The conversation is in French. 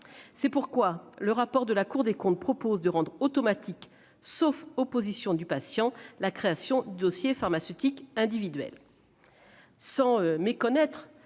C'est pourquoi le rapport de la Cour des comptes propose de rendre automatique, sauf opposition du patient, la création du dossier pharmaceutique individuel.